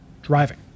driving